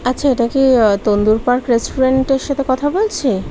আচ্ছা এটা কি তন্দুর পার্ক রেস্টুরেন্টের সাথে কথা বলছি